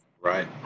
Right